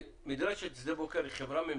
מדרשת שדה בוקר היא חברה ממשלתית?